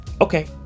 Okay